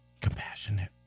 Compassionate